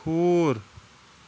کھوٗر